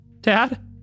Dad